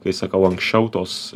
kai sakau anksčiau tos